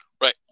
Right